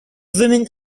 women